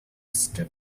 step